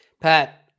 Pat